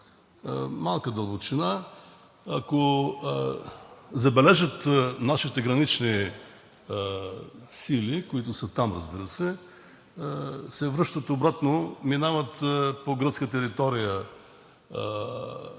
малка дълбочина, ако забележат нашите гранични сили, които са там, разбира се, се връщат обратно, минават на гръцка територия